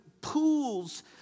pools